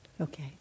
Okay